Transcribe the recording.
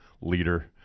leader